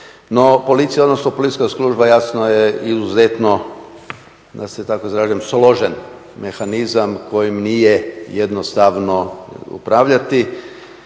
No, policija, odnosno policijska služba jasno je izuzetno da se tako izrazim složen mehanizam kojem nije jednostavno upravljati,